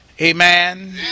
Amen